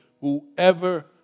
whoever